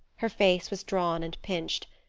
her face was drawn and pinched,